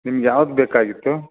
ನಿಮ್ಗೆ ಯಾವ್ದು ಬೇಕಾಗಿತ್ತು